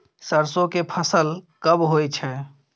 सरसो के फसल कब होय छै?